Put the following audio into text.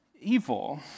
evil